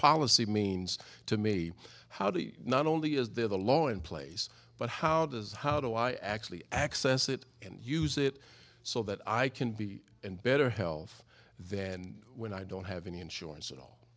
policy means to me how do you not only is there the law in place but how does how do i actually access it and use it so that i can be in better health than when i don't have any insurance at all